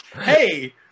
hey